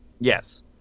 Yes